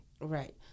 Right